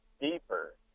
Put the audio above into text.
deeper